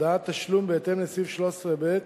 הודעת תשלום בהתאם לסעיף 13ב,